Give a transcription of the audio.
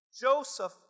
Joseph